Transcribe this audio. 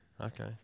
Okay